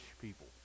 people